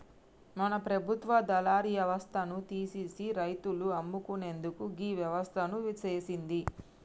మన ప్రభుత్వ దళారి యవస్థను తీసిసి రైతులు అమ్ముకునేందుకు గీ వ్యవస్థను సేసింది